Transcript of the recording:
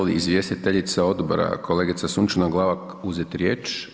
Želi li izvjestiteljica odbora, kolegica Sunčana Glavak uzeti riječ?